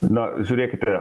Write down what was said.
na žiūrėkite